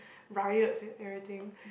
riots and everything